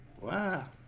Wow